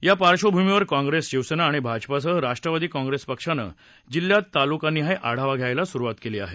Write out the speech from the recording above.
या पार्श्वभूमीवर काँग्रेस शिवसेना आणि भाजपासह राष्ट्रवादी काँग्रेस पक्षानं जिल्ह्यात तालुका निहाय आढावा घ्यायला सुरुवात केली आहे